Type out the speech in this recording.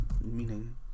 Meaning